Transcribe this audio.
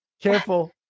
careful